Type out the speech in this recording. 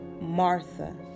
Martha